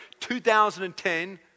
2010